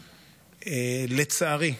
לצערי,